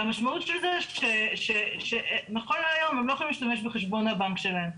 והמשמעות של זה שנכון להיום הם לא יכולים להשתמש בחשבון הבנק שלהם.